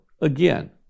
Again